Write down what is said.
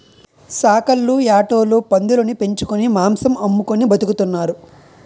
సాకల్లు యాటోలు పందులుని పెంచుకొని మాంసం అమ్ముకొని బతుకుతున్నారు